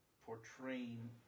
portraying